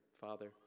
Father